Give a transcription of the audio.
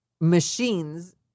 machines